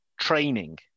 training